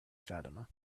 fatima